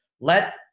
let